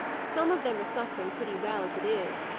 some of them are suffering pretty well, as it is,